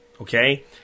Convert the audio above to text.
Okay